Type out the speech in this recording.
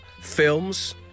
films